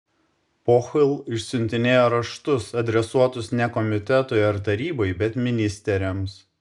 pohl išsiuntinėjo raštus adresuotus ne komitetui ar tarybai bet ministeriams